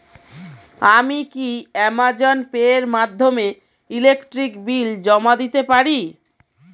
আমি কি Amazon Pay এর মাধ্যমে ইলেকট্রিক বিল জমা দিতে পারি?